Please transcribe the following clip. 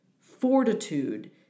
fortitude